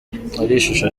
ishusho